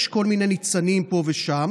יש כל מיני ניצנים פה ושם,